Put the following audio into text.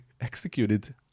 executed